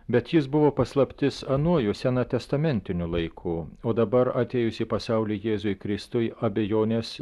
bet jis buvo paslaptis anuoju sena testamentiniu laiku o dabar atėjus į pasaulį jėzui kristui abejonės